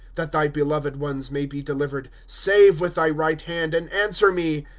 that thy beloved ones may be delivered, save with thy right hand, and answer me.